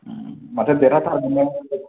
माथो देरहाथारगोननो